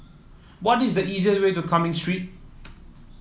what is the easiest way to Cumming Street